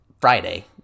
Friday